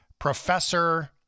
Professor